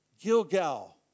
Gilgal